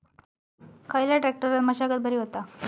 खयल्या ट्रॅक्टरान मशागत बरी होता?